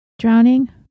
Drowning